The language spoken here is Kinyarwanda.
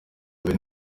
biri